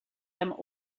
them